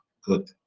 good